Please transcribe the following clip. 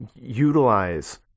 utilize